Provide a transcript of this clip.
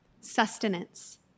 Sustenance